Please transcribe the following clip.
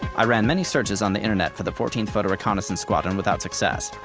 i ran many searches on the internet for the fourteenth photo reconnaissance squadron without success.